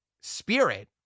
spirit